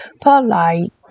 polite